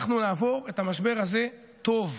אנחנו נעבור את המשבר הזה טוב.